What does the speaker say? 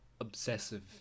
obsessive